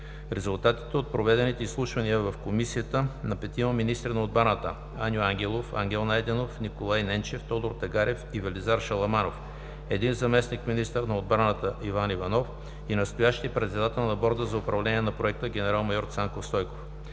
резултатите от проведените изслушвания в комисията на петима министри на отбраната – Аню Ангелов, Ангел Найденов, Николай Ненчев, Тодор Тагарев и Велизар Шаламанов, един заместник-министър на отбраната – Иван Иванов, и настоящия председател на Борда за управление на проекта – генерал-майор Цанко Стойков.